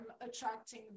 attracting